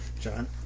John